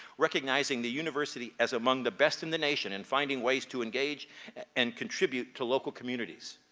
recognizing the university as among the best in the nation in finding ways to engage and contribute to local communities.